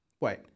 Wait